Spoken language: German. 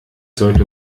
sollte